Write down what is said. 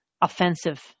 offensive